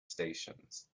stations